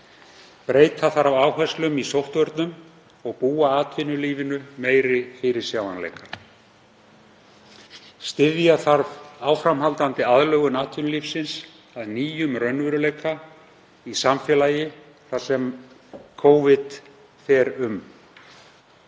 Breyta þarf áherslum í sóttvörnum og búa atvinnulífinu meiri fyrirsjáanleika. Styðja þarf áframhaldandi aðlögun atvinnulífsins að nýjum raunveruleika í samfélagi þar sem Covid fer um.